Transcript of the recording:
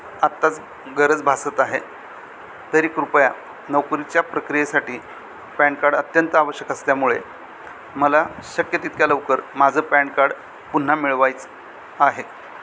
आत्ताच गरज भासत आहे तरी कृपया नोकरीच्या प्रक्रियेसाठी पॅन कार्ड अत्यंत आवश्यक असल्यामुळे मला शक्य तितक्या लवकर माझं पॅन कार्ड पुन्हा मिळवायच आहे